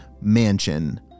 Mansion